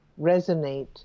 resonate